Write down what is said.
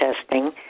testing